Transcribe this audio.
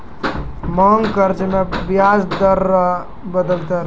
मांग कर्जा मे बियाज रो दर बदलते रहै छै